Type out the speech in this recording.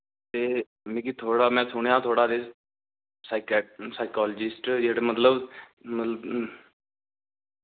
ते मिकी थुआढ़ा मैं सुनेआ थुआढ़ा साइकोलोजिस्ट जेह्ड़े मतलब मतलब